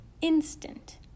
instant